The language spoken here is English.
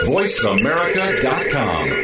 VoiceAmerica.com